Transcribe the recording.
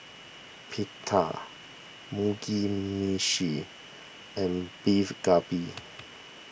Pita Mugi Meshi and Beef Galbi